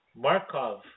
Markov